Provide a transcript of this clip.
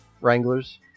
Wranglers